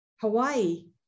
Hawaii